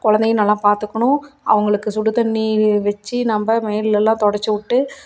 குழந்தையும் நல்லா பார்த்துக்கணும் அவங்களுக்கு சுடு தண்ணி வி வச்சி நம்ம மேலுலலாம் துடச்சிவுட்டு